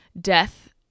death